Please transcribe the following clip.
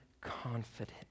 confident